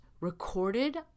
recorded